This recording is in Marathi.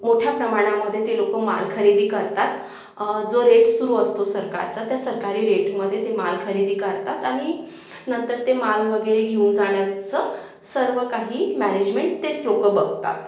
मोठ्या प्रमाणामध्ये ते लोक माल खरेदी करतात जो रेट सुरू असतो सरकारचा त्या सरकारी रेटमध्ये ते माल खरेदी करतात आणि नंतर ते माल वगैरे घेऊन जाण्याचं सर्व काही मॅनेजमेंट तेच लोक बघतात